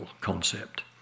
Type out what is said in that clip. concept